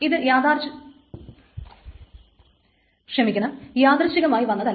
ഇത് യാദൃശ്ചികമായി വന്നതല്ല